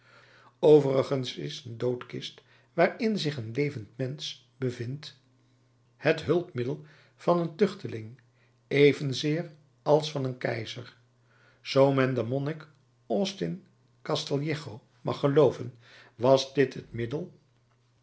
overigens is een doodkist waarin zich een levend mensen bevindt het hulpmiddel van een tuchteling evenzeer als van een keizer zoo men den monnik austin castillejo mag gelooven was dit het middel